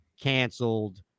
canceled